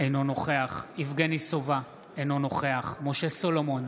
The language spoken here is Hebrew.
אינו נוכח יבגני סובה, אינו נוכח משה סולומון,